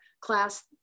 class